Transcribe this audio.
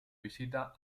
visita